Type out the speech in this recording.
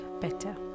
better